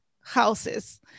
houses